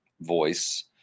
voice